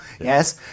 yes